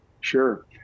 Sure